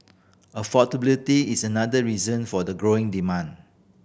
affordability is another reason for the growing demand